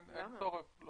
אין צורך.